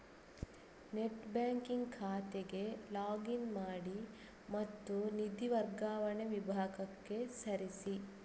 net banking ಖಾತೆಗೆ log in ಮಾಡಿ ಮತ್ತು ನಿಧಿ ವರ್ಗಾವಣೆ ವಿಭಾಗಕ್ಕೆ ಸರಿಸಿ